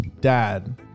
dad